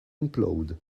implode